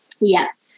Yes